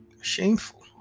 shameful